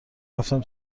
رفتم